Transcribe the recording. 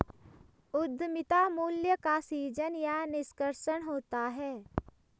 उद्यमिता मूल्य का सीजन या निष्कर्षण होता है